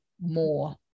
more